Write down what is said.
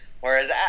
Whereas